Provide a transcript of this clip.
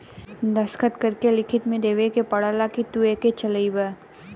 दस्खत करके लिखित मे देवे के पड़ेला कि तू इके चलइबा